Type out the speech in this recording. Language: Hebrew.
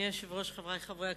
אדוני היושב-ראש, חברי חברי הכנסת,